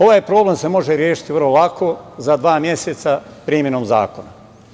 Ovaj problem se može rešiti vrlo lako, za dva meseca, primenom zakona.